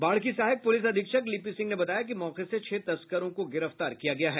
बाढ़ की सहायक प्रलिस अधीक्षक लिपि सिंह ने बताया कि मौके से छह तस्करों को गिरफ्तार किया गया है